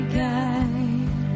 guide